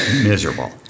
Miserable